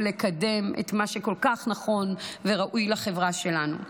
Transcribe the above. לקדם את מה שכל כך נכון וראוי לחברה שלנו.